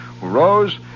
rose